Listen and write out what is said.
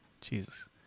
Jesus